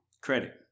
Credit